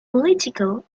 political